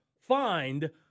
Find